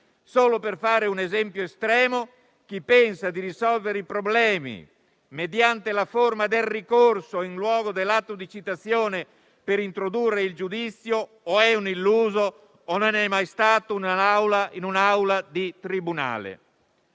Solo per fare un esempio estremo, chi pensa di risolvere i problemi mediante la formula del ricorso in luogo dell'atto di citazione per introdurre il giudizio o è un illuso, o non è mai stato in un'aula di tribunale.